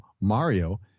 Mario